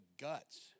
guts